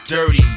Dirty